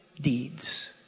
deeds